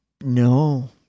No